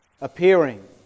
appearing